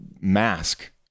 mask